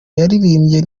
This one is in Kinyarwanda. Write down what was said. yaririmbye